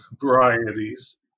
varieties